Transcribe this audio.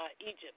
Egypt